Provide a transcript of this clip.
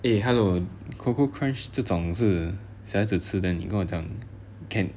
eh hello coco crunch 这种是小孩子吃的 then 你跟我讲 can